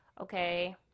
okay